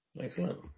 Excellent